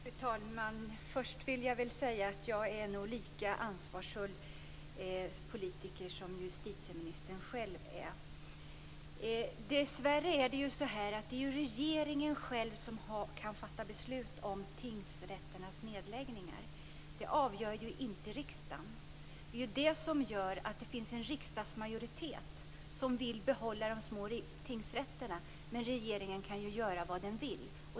Fru talman! Först vill jag säga att jag nog är en lika ansvarsfull politiker som justitieministern är. Dessvärre är det regeringen själv som kan fatta beslut om tingsrätternas nedläggningar. Det avgör inte riksdagen. Det finns en riksdagsmajoritet som vill behålla de små tingsrätterna, men regeringen kan göra vad den vill.